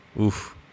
Oof